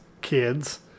kids